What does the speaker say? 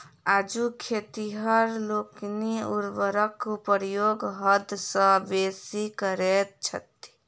आजुक खेतिहर लोकनि उर्वरकक प्रयोग हद सॅ बेसी करैत छथि